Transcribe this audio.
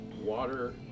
water